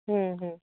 ᱦᱩᱸ ᱦᱩᱸ